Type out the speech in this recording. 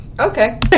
Okay